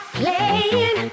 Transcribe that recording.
playing